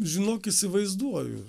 žinok įsivaizduoju